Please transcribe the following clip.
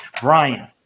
Brian